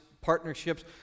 partnerships